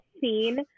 scene